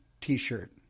t-shirt